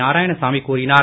நாராயணசாமி கூறினார்